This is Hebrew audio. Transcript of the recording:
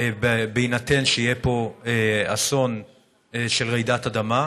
בהינתן שיהיה פה אסון של רעידת אדמה,